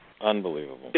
Unbelievable